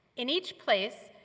in each place,